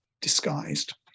disguised